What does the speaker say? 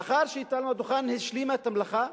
לאחר שתלמה דוכן השלימה את המלאכה,